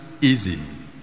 easy